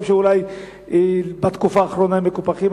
ואולי בתקופה האחרונה הם מקופחים.